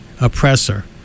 oppressor